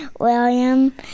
William